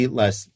less